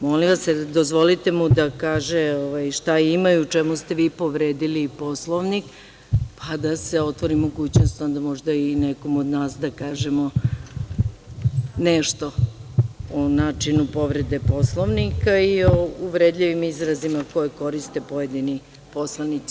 Molim vas, dozvolite mu da kaže šta ima i u čemu ste vi povredi Poslovnik, pa da se onda možda otvori mogućnost nekom od nas da kažemo nešto o načinu povrede Poslovnika i o uvredljivim izrazima koje koriste pojedini poslanici.